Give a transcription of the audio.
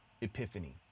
epiphany